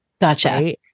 Gotcha